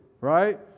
right